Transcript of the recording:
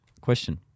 Question